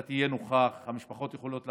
אתה תהיה נוכח, המשפחות יכולות להגיע,